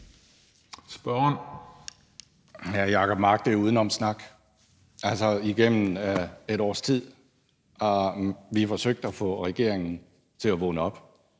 (DF): Hr. Jacob Mark, det er udenomssnak. Igennem et års tid har vi forsøgt at få regeringen til at vågne op,